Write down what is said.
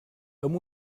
amb